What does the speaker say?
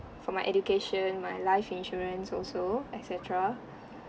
for my education my life insurance also et cetera